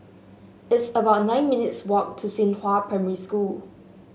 it's about nine minutes' walk to Xinghua Primary School